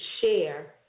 share